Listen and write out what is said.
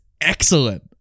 excellent